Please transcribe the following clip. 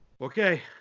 Okay